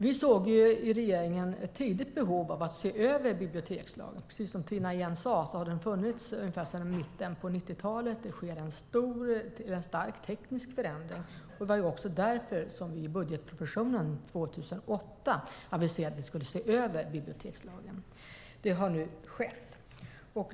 Vi såg i regeringen tidigt ett behov av att se över bibliotekslagen. Precis som Tina Ehn sade har den funnits ungefär sedan mitten av 90-talet, och det sker en stark teknisk förändring. Det var också därför vi i budgetpropositionen 2008 aviserade att vi skulle se över bibliotekslagen. Det har nu skett.